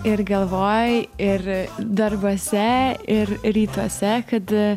ir galvoj ir darbuose ir rytuose kad